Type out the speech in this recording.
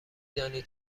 دانی